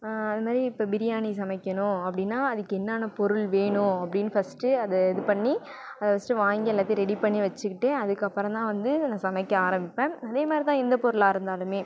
அது மாரி இப்போ பிரியாணி சமைக்கணும் அப்படின்னா அதுக்கு என்னான்ன பொருள் வேணும் அப்படின்னு ஃபஸ்ட்டு அதை இது பண்ணி அத ஃபஸ்ட்டு வாங்கி எல்லாத்தையும் ரெடி பண்ணி வச்சிக்கிட்டு அதுக்கப்பறம் தான் வந்து நான் சமைக்க ஆரபிப்பேன் அதே மாதிரி தான் எந்த பொருளாக இருந்தாலுமே